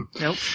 Nope